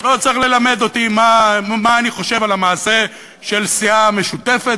לא צריך ללמד אותי מה אני חושב על המעשה של הסיעה המשותפת,